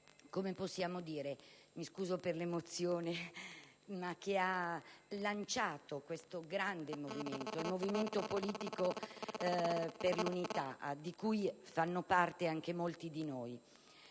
ed è stato lì - mi scuso per l'emozione - che ha lanciato questo grande movimento, un Movimento politico per l'unità, di cui fanno parte anche molti di noi.